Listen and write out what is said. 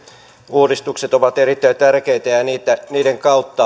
uudistukset ovat erittäin tärkeitä ja ja niiden kautta nimenomaan